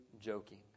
joking